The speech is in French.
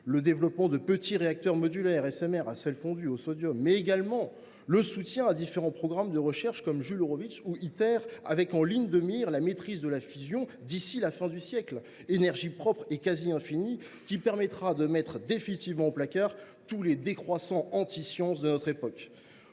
le développement de petits réacteurs modulaires, les SMR, à sels fondus, au sodium, ou le soutien à différents programmes de recherche comme Jules Horowitz ou Iter, avec en ligne de mire la maîtrise de la fusion d’ici à la fin du siècle, énergie propre et quasi infinie, qui permettra de mettre définitivement au placard tous les décroissants antisciences de notre époque.